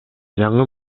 жаңы